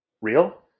real